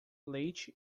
leite